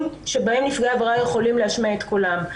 שבהם נפגעי עבירה יכולים להשמיע את כולם.